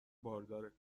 بارداره